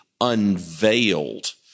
unveiled